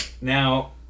Now